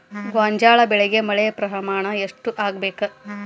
ಗೋಂಜಾಳ ಬೆಳಿಗೆ ಮಳೆ ಪ್ರಮಾಣ ಎಷ್ಟ್ ಆಗ್ಬೇಕ?